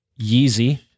Yeezy